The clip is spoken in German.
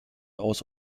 aus